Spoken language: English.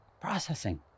processing